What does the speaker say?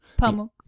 Pamuk